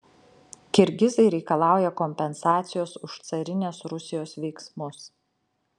kirgizai reikalauja kompensacijos už carinės rusijos veiksmus